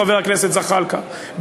חבר הכנסת זחאלקה,